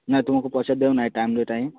ନାଁ ତୁମକୁ ପଇସା ଦେଉନାହିଁ ଟାଇମ୍ ଟୁ ଟାଇମ୍